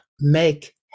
make